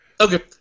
Okay